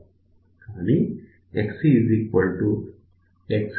కానీ XC XL ఉండేలా చూసుకోవాలి